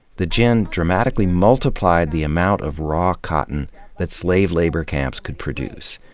the gin dramatically multiplied the amount of raw cotton that slave labor camps could produce.